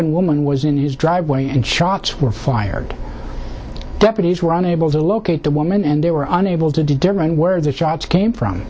n woman was in his driveway and shots were fired deputies were unable to locate the woman and they were unable to determine where the shots came from